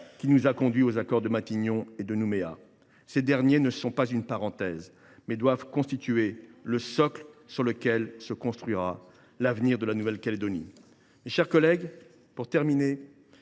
qui nous a conduits aux accords de Matignon et de Nouméa. Loin d’être une parenthèse, ces derniers doivent constituer le socle sur lequel se construira l’avenir de la Nouvelle Calédonie. Mes chers collègues, nous